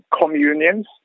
Communions